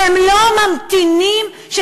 זה חוק שמפלגת העבודה הייתה צריכה להוביל.